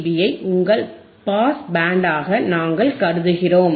பியை உங்கள் பாஸ் பேண்டாக நாங்கள் கருதுகிறோம்